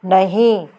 नहीं